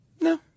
No